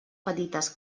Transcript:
petites